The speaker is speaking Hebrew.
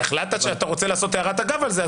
אתה החלטת שאתה רוצה לעשות הערת אגב על זה,